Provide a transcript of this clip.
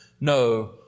no